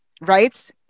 right